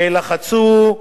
ולחצו,